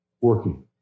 working